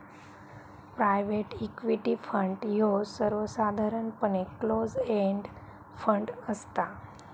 private equity fund ह्यो सर्वसाधारणपणे close end fund असता